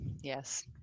yes